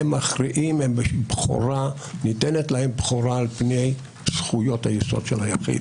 הם מכריעים וניתנת להם בכורה על פני זכויות היסוד של היחיד.